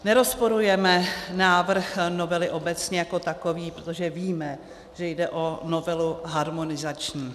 Nerozporujeme návrh novely obecně jako takový, protože víme, že jde o novelu harmonizační.